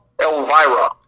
Elvira